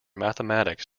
mathematics